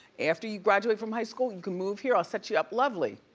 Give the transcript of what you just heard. after you graduate from high school, you can move here, i'll set you up lovely.